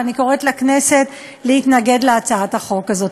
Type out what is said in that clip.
ואני קוראת לכנסת להתנגד להצעת החוק הזאת.